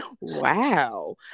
wow